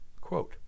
Quote